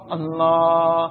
Allah